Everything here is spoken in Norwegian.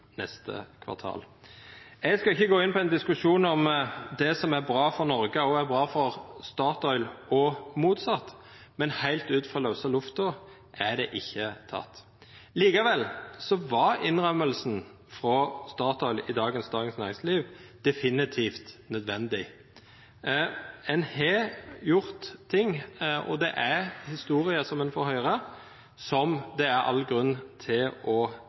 neste kvartal. Eg skal ikkje gå inn på ein diskusjon om det som er bra for Noreg, òg er bra for Statoil og motsett, men heilt ut frå lause lufta er det ikkje teke. Likevel var innrømminga frå Statoil i dagens Dagens Næringsliv definitivt nødvendig. Ein har gjort ting, og ein får høyra historier som det er all grunn til å